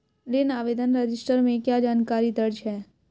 ऋण आवेदन रजिस्टर में क्या जानकारी दर्ज है?